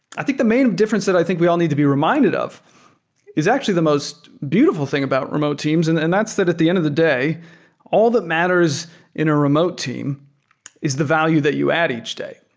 i think the main difference that i think we all need to be reminded of is actually the most beautiful thing about remote teams, and and that's that at the end of the day all that matters in a remote team is the value that you add each day,